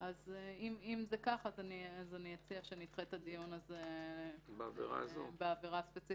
אם זה כך אני מציעה שנדחה את הדיון בעבירה הספציפית